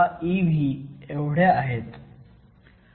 6 ev आहेत